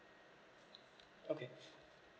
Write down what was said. okay